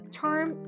term